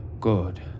good